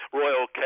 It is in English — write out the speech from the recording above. royal